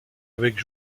avec